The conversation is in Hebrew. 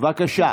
בבקשה.